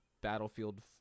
Battlefield